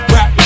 Rap